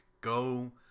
go